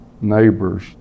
neighbors